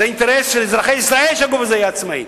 זה אינטרס של אזרחי ישראל שהגוף הזה יהיה עצמאי,